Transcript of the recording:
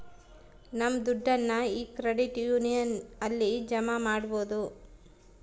ನಮ್ ದುಡ್ಡನ್ನ ಈ ಕ್ರೆಡಿಟ್ ಯೂನಿಯನ್ ಅಲ್ಲಿ ಜಮಾ ಮಾಡ್ಬೋದು